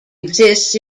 exists